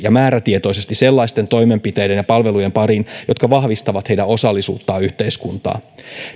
ja määrätietoisesti sellaisten toimenpiteiden ja palvelujen pariin jotka vahvistavat heidän osallisuuttaan yhteiskuntaan